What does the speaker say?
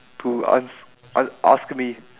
to ans~ a~ ask me